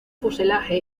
fuselaje